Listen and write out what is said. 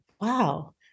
wow